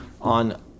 on